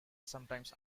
sometimes